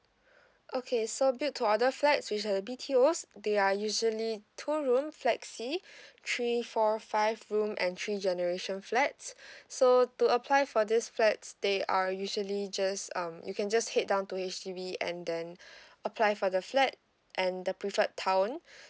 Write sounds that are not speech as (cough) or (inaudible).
(breath) okay so build to order flats which are the B_T_Os they are usually two room flexi (breath) three four five room and three generation flats (breath) so to apply for this flats they are usually just um you can just head down to H_D_B and then (breath) apply for the flat and the preferred town